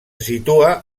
situa